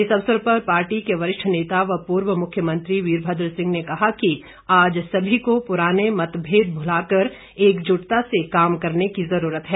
इस अवसर पर पार्टी के वरिष्ठ नेता व पूर्व मुख्यमंत्री वीरभद्र सिंह ने कहा कि आज सभी को पुराने मतभेद भुलाकर एकजुटता से काम करने की जरूरत है